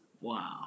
Wow